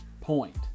Point